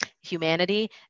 humanity